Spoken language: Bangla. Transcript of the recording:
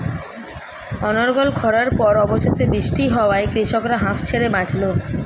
অনর্গল খড়ার পর অবশেষে বৃষ্টি হওয়ায় কৃষকরা হাঁফ ছেড়ে বাঁচল